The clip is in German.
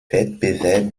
wettbewerb